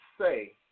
say